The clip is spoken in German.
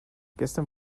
gestern